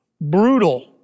brutal